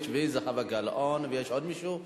מוקדם בוועדה לקידום מעמד האשה נתקבלה.